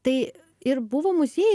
tai ir buvo muziejai